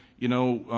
you know,